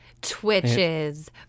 Twitches